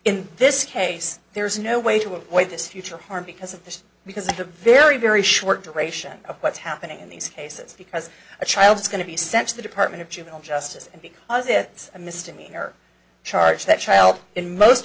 in this case there's no way to avoid this future harm because of this because at the very very short duration of what's happening in these cases because a child is going to be sent to the department of juvenile justice and because it a misdemeanor charge that child in most